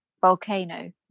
Volcano